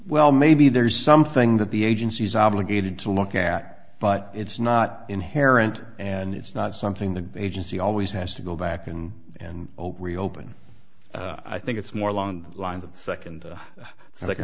well maybe there's something that the agency is obligated to look at but it's not inherent and it's not something the agency always has to go back and and open reopen i think it's more along the lines of the second